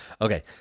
Okay